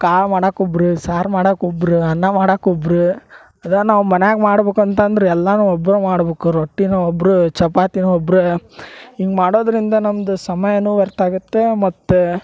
ಕಾಳು ಮಾಡಾಕ ಒಬ್ಬರ ಸಾರು ಮಾಡಾಕ ಒಬ್ಬರ ಅನ್ನ ಮಾಡಾಕ ಒಬ್ಬರ ಅದಾ ನಾವು ಮನ್ಯಾಗ ಮಾಡ್ಬೇಕಂತಂದ್ರ ಎಲ್ಲಾನೂ ಒಬ್ಬರ ಮಾಡಬೇಕು ರೊಟ್ಟಿನೂ ಒಬ್ಬರು ಚಪಾತಿನೂ ಒಬ್ಬರ ಹಿಂಗ್ ಮಾಡೋದರಿಂದ ನಮ್ದ ಸಮಯಾನೂ ವ್ಯರ್ಥ ಆಗತ್ತೆ ಮತ್ತೆ